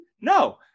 No